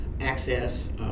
access